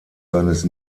seines